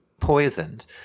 poisoned